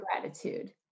gratitude